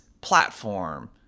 platform